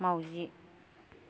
माउजि